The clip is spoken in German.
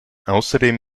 außerdem